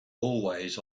always